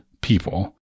people